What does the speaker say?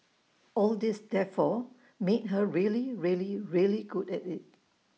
all this therefore made her really really really good at IT